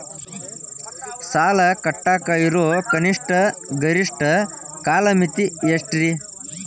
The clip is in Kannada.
ಸಾಲ ಕಟ್ಟಾಕ ಇರೋ ಕನಿಷ್ಟ, ಗರಿಷ್ಠ ಕಾಲಮಿತಿ ಎಷ್ಟ್ರಿ?